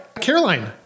Caroline